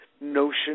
notion